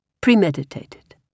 premeditated